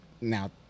now